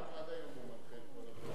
עד היום הוא מנחה,